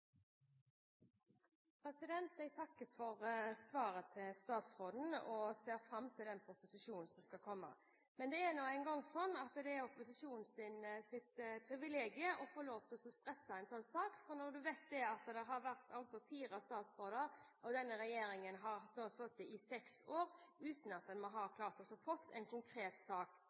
måte. Jeg takker for svaret fra statsråden og ser fram til den proposisjonen som skal komme. Det er nå engang slik at det er opposisjonens privilegium å få lov til å stresse en slik sak, for det har altså vært fire statsråder – og denne regjeringen har nå sittet i seks år – uten at en har klart å få en konkret sak